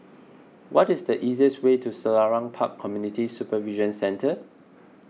what is the easiest way to Selarang Park Community Supervision Centre